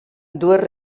dues